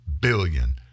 billion